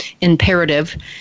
Imperative